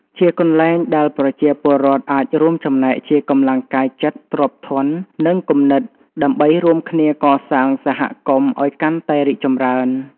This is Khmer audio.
ជាកន្លែងដែលប្រជាពលរដ្ឋអាចរួមចំណែកជាកម្លាំងកាយចិត្ត ទ្រព្យធន និងគំនិត ដើម្បីរួមគ្នាកសាងសហគមន៍ឲ្យកាន់តែរីកចម្រើន។